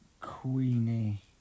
Queenie